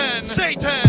Satan